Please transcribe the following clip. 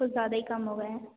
कुछ ज़्यादा ही कम हो गए हैं